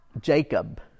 Jacob